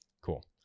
cool